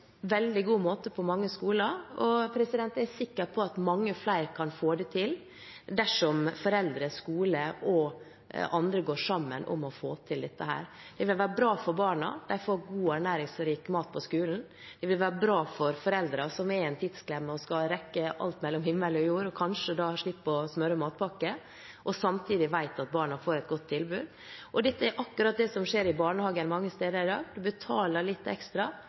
veldig god måte på mange skoler, og jeg er sikker på at mange flere kan få det til dersom foreldre, skole og andre går sammen om å få til dette. Det vil være bra for barna, de får god og ernæringsrik mat på skolen. Det vil være bra for foreldrene, som er i en tidsklemme og skal rekke alt mellom himmel og jord, kanskje slipper å smøre matpakke og samtidig vet at barna får et godt tilbud. Dette er akkurat det som skjer i barnehagen mange steder i dag: Man betaler litt ekstra,